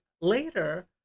later